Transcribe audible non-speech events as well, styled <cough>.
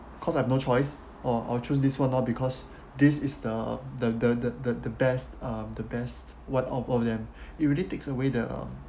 cause I've no choice or or choose this one or because <breath> this is the the the the the best um the best one of all of them <breath> it really takes away the